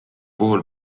puhul